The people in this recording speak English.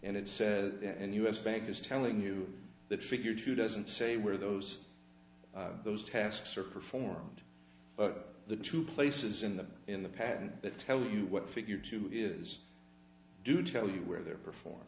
and it says and u s bank is telling you that figure two doesn't say where those those tasks are performed but the two places in the in the patent that tell you what figure two is do tell you where they're performing